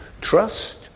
trust